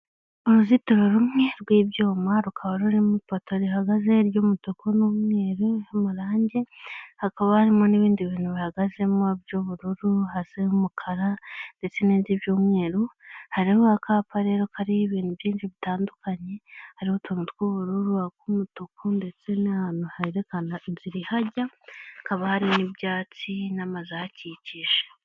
Uruzitiro rumwe rw'ibyuma rukaba rurimo ipoto rihagaze ry'umutuku n'umweru n'amarangi, hakaba harimo n'ibindi bintu bihagazemo by'ubururu hasi h'umukara ndetse n'ibindi by'umweru, hariho akapa rero kariho ibintu byinshi bitandukanye, hariho utuntu tw'ubururu, ak'umutuku ndetse n'ahantu herekana inzira ihajya hakaba hari n'ibyatsi n'amazu ahakikije.